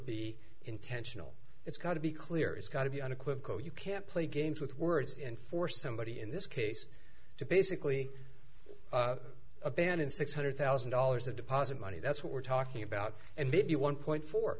be intentional it's got to be clear it's got to be unequivocal you can't play games with words and for somebody in this case to basically abandon six hundred thousand dollars of deposit money that's what we're talking about and maybe one point fo